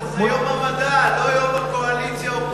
זה יום המדע, לא יום הקואליציה אופוזיציה.